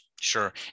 Sure